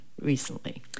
recently